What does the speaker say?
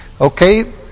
Okay